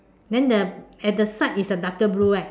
then the at the side is the darker blue right